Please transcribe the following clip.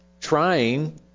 trying